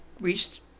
reached